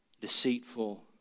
deceitful